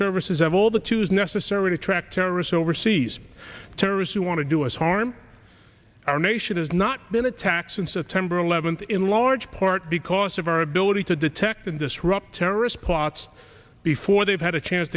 services have all the tos necessary to track terrorists overseas terrorists who want to do us harm our nation has not been attacked since september eleventh in large part because of our ability to detect and disrupt terrorist plots before they've had a chance